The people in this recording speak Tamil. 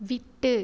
விட்டு